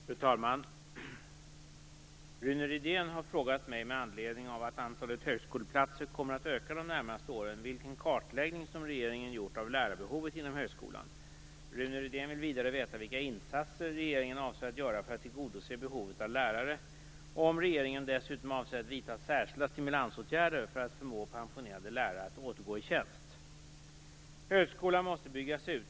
Fru talman! Rune Rydén har med anledning av att antalet högskoleplatser kommer att öka de närmaste åren frågat mig vilken kartläggning som regeringen gjort av lärarbehovet inom högskolan. Rune Rydén vill vidare veta vilka insatser regeringen avser att göra för att tillgodose behovet av lärare och om regeringen dessutom avser att vidta särskilda stimulansåtgärder för att förmå pensionerade lärare att återgå i tjänst. Högskolan måste byggas ut.